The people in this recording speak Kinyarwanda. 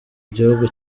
gihugu